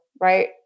right